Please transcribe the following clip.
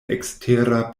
ekstera